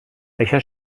això